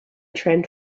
trend